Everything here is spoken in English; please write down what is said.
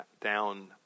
down